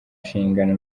nshingano